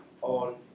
on